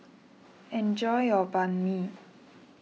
enjoy your Banh Mi